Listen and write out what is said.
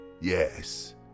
Yes